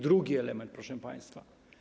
Drugi element, proszę państwa.